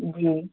جی